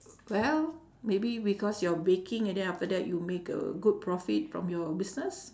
well maybe because your baking and then after that you make a good profit from your business